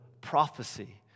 prophecy